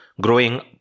growing